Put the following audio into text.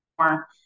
more